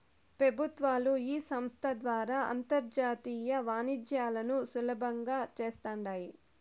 పెబుత్వాలు ఈ సంస్త ద్వారా అంతర్జాతీయ వాణిజ్యాలను సులబంగా చేస్తాండాయి